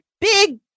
big